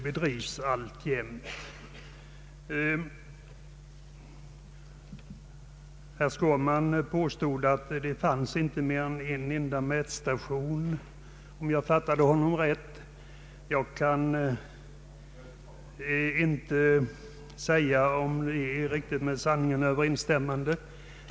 Herr Skårman påstod att det inte fanns mer än en enda mätstation för bevakning av luftföroreningar, om jag fattade honom rätt — jag kan inte säga om det är riktigt med sanningen överensstämmande.